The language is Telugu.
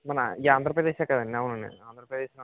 మన ఈ ఆంధ్రప్రదేశే కదండి అవునండి ఆంధ్రప్రదేశ్లోనే